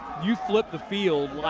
you flip the field,